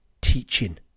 teaching